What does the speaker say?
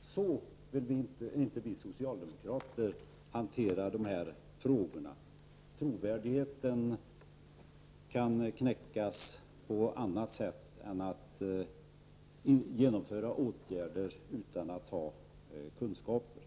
Så vill inte vi socialdemokrater hantera de här frågorna. Trovärdigheten kan knäckas på annat sätt än genom att man genomför åtgärder utan att ha kunskaper.